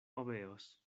obeos